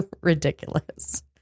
ridiculous